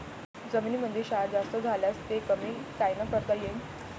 जमीनीमंदी क्षार जास्त झाल्यास ते कमी कायनं करता येईन?